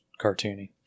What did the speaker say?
cartoony